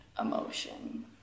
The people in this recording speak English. emotion